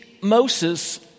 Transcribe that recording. Moses